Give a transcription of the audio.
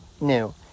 new